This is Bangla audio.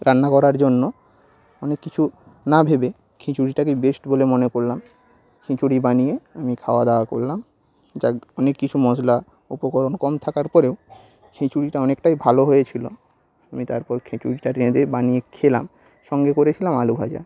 রান্না করার জন্য অনেক কিছু না ভেবে খিচুড়িটাকেই বেস্ট বলে মনে করলাম খিচুড়ি বানিয়ে আমি খাওয়াদাওয়া করলাম যাক অনেক কিছু মশলা উপকরণ কম থাকার পরেও খিচুড়িটা অনেকটাই ভালো হয়েছিল আমি তারপর খিচুড়িটা রেঁধে বানিয়ে খেলাম সঙ্গে করেছিলাম আলু ভাজা